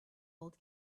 old